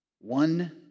One